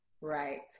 right